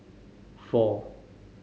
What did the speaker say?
four